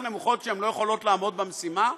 נמוכות שהן לא יכולות לעמוד במשימה?